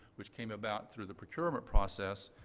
which came about through the procurement process,